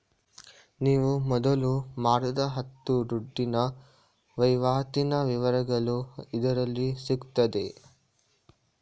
ನೀವು ಮೊದಲು ಮಾಡಿದ ಹತ್ತು ದುಡ್ಡಿನ ವೈವಾಟಿನ ವಿವರಗಳು ಇದರಲ್ಲಿ ಸಿಗ್ತದೆ